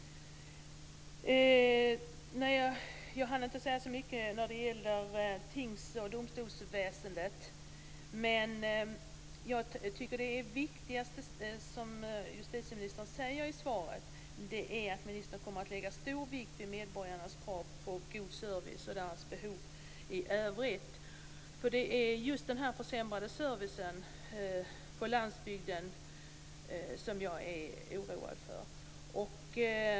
Jag hann inte säga så mycket om tings och domstolsväsendet. Jag tycker att det viktigaste är att justitieministern, som hon säger i svaret, kommer att lägga stor vikt vid medborgarnas krav på god service och deras behov i övrigt. Det är just denna försämrade service på landsbygden som jag är oroad över.